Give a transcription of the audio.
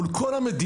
מול כל המדינה,